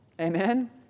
Amen